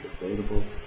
available